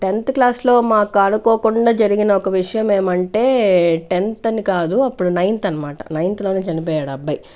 tenth class లో మాకనుకోకుండా జరిగిన ఒక విషయం ఏమంటే టెన్త్ అని కాదు అప్పుడు నైన్త్ అన్మాట నైన్త్ లోనే చనిపోయాడు ఆ అబ్బాయి